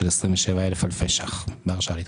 231205 סך של 40,000 אלפי ש״ח בהרשאה להתחייב.